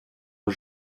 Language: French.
aux